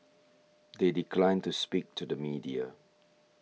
they declined to speak to the media